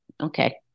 Okay